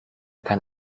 kann